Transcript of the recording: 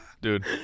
Dude